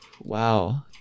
Wow